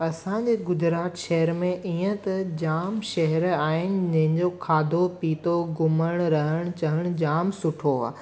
असांजे गुजरात शहर में इअं त जामु शहर आहिनि जंहिंजो खाधो पीतो घुमणु रहणु चहणु जामु सुठो आहे